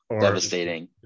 devastating